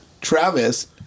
Travis